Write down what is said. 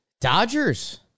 Dodgers